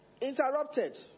interrupted